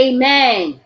Amen